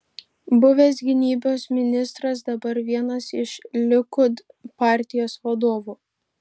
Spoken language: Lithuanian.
buvęs gynybos ministras dabar vienas iš likud partijos vadovų